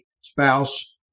spouse